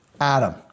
Adam